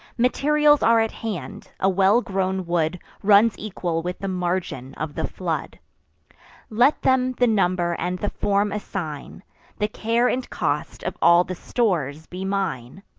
materials are at hand a well-grown wood runs equal with the margin of the flood let them the number and the form assign the care and cost of all the stores be mine.